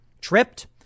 tripped